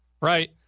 right